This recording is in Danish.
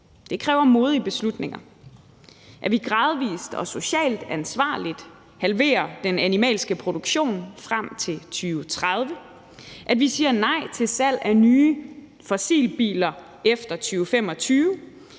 Det kræver modige beslutninger, hvis vi gradvis og socialt ansvarligt skal halvere den animalske produktion frem til 2030, sige nej til salg af nye fossilbiler efter 2025